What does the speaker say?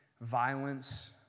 Violence